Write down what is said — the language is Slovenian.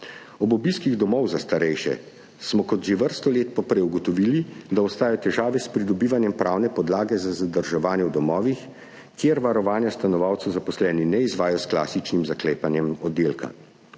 Ob obiskih domov za starejše smo kot že vrsto let poprej ugotovili, da obstajajo težave s pridobivanjem pravne podlage za zadrževanje v domovih, kjer varovanja stanovalcev zaposleni ne izvajajo s klasičnim zaklepanjem oddelka.